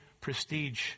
prestige